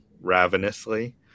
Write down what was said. ravenously